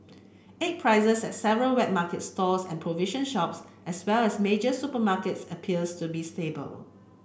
egg prices at several wet market stalls and provision shops as well as major supermarkets appears to be stable